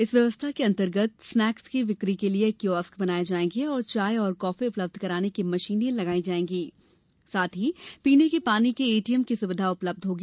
इस व्यवस्था के अंतर्गत स्नेक्स की बिक्री के लिए कियोस्क बनाए जाएंगे और चाय तथा कॉफी उपलब्ध कराने की मशीनें लगाई जाएंगी तथा पीने के पानी के एटीएम की सुविधा उपलब्ध होगी